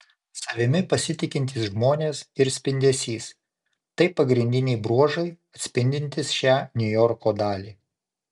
savimi pasitikintys žmonės ir spindesys tai pagrindiniai bruožai atspindintys šią niujorko dalį